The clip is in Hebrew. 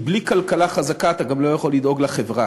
כי בלי כלכלה חזקה, אתה גם לא יכול לדאוג לחברה.